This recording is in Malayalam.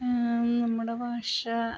നമ്മുടെ ഭാഷ